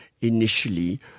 initially